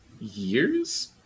years